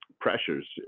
pressures